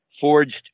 forged